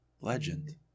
legend